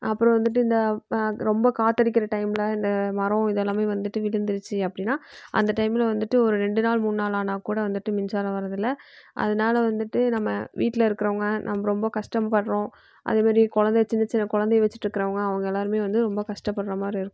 அப்புறம் வந்துட்டு இந்த ரொம்ப காற்று அடிக்கிற டைமில் இந்த மரம் இது எல்லாமே வந்துட்டு விழுந்துருச்சு அப்படின்னா அந்த டைமில் வந்துட்டு ஒரு ரெண்டு நாள் மூணு நாள் ஆனால் கூட வந்துட்டு மின்சாரம் வர்றது இல்லை அதனால வந்துட்டு நம்ம வீட்டில் இருக்கிறவங்க நம்ம ரொம்ப கஷ்டப்படுறோம் அதே மாதிரி குழந்தைய சின்ன சின்ன குழந்தைய வச்சுட்டு இருக்கிறவங்க அவங்க எல்லோருமே வந்து ரொம்ப கஷ்டபடுற மாதிரி இருக்கும்